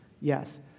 Yes